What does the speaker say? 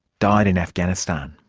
died in afghanistan.